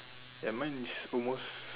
ya mine is almost